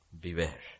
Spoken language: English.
Beware